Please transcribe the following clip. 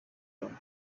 loni